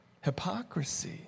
hypocrisy